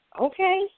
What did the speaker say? Okay